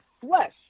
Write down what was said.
flesh